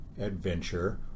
adventure